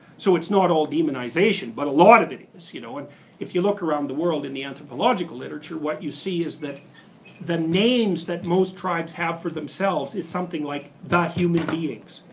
so it's not all demonization, but a lot of it is. you know and if you look around the world in the anthropological literature, what you see is that the names that most tribes have for themselves is something like the human beings,